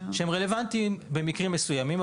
שהן רלוונטיות במקרים מסוימים.